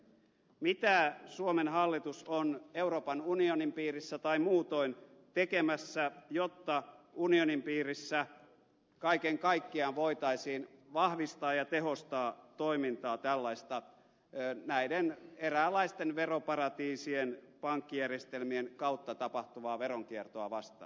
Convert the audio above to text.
mitä suomen hallitus on euroopan unionin piirissä tai muutoin tekemässä jotta unionin piirissä kaiken kaikkiaan voitaisiin vahvistaa ja tehostaa toimintaa tällaista näiden eräänlaisten veroparatiisien pankkijärjestelmien kautta tapahtuvaa veronkiertoa vastaan